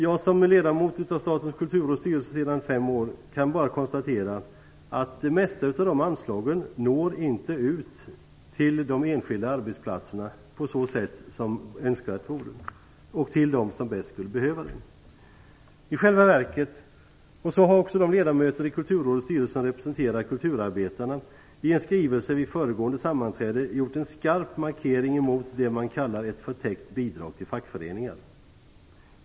Såsom ledamot av Statens kulturråds styrelse sedan fem år kan jag bara konstatera att de flesta av de anslagen inte når ut till de enskilda arbetsplatserna och till dem som bäst skulle behöva det på önskat sätt. De ledamöter i Kulturrådets styrelse som representerar kulturarbetarna har i en skrivelse vid det föregående sammanträdet gjort en skarp markering emot det man kallar ett förtäckt bidrag till fackföreningar.